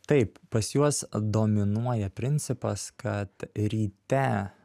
taip pas juos dominuoja principas kad ryte